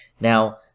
Now